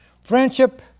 Friendship